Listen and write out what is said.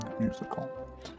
musical